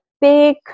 big